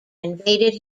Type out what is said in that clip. invaded